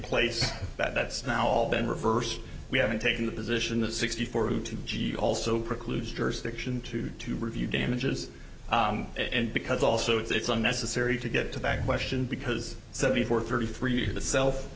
place that that's now all been reversed we haven't taken the position the sixty four to two g also precludes dirs diction to to review damages and because also it's unnecessary to get to that question because seventy four thirty three you're the self